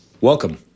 Welcome